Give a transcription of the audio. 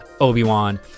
Obi-Wan